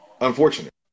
unfortunate